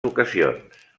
ocasions